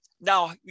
Now